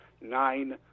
nine